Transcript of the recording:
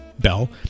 Bell